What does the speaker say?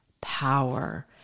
power